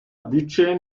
bütçeye